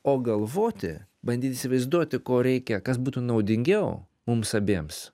o galvoti bandyt įsivaizduoti ko reikia kas būtų naudingiau mums abiems